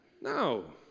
No